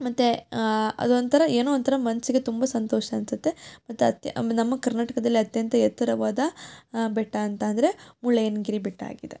ಮತ್ತು ಅದೊಂಥರ ಏನೋ ಒಂಥರ ಮನಸ್ಸಿಗೆ ತುಂಬ ಸಂತೋಷ ಅನಿಸುತ್ತೆ ಮತ್ತು ಅತ್ಯ ನಮ್ಮ ಕರ್ನಾಟಕದಲ್ಲಿ ಅತ್ಯಂತ ಎತ್ತರವಾದ ಬೆಟ್ಟ ಅಂತಂದರೆ ಮುಳ್ಳಯ್ಯನಗಿರಿ ಬೆಟ್ಟ ಆಗಿದೆ